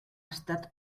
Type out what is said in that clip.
estat